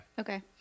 okay